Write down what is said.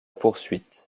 poursuite